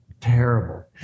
terrible